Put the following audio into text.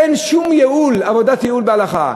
אין שום ייעול, עבודת ייעול בהלכה.